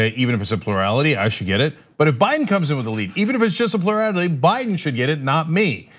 ah even if it's a plurality, i should get it. but if biden comes in with the lead, even if it's just a plurality, biden should get it, not me.